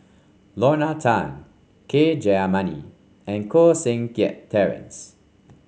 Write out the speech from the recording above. Lorna Tan K Jayamani and Koh Seng Kiat Terence